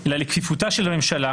אלא לכפיפותה של הממשלה,